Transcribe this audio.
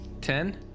Ten